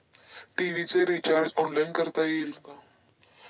TV चे recharge online करता येईल का?